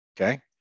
Okay